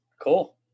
Cool